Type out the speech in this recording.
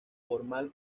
formal